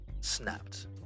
snapped